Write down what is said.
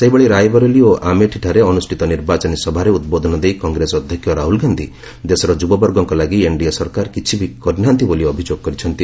ସେହିଭଳି ରାୟବରେଲି ଓ ଆମେଠି ଠାରେ ଅନୁଷ୍ଠିତ ନିର୍ବାଚନୀ ସଭାରେ ଉଦ୍ବୋଧନ ଦେଇ କଂଗ୍ରେସ ଅଧ୍ୟକ୍ଷ ରାହ୍ରଲ ଗାନ୍ଧି ଦେଶର ଯୁବବର୍ଗଙ୍କ ଲାଗି ଏନ୍ଡିଏ ସରକାର କିଛି ବି କରି ନାହାନ୍ତି ବୋଲି ଅଭିଯୋଗ କରିଛନ୍ତି